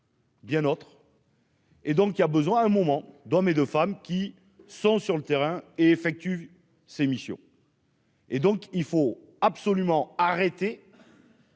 Bien d'autres. Et donc il a besoin à un moment, d'hommes et de femmes qui sont sur le terrain et effectue ses missions. Et donc il faut absolument arrêter.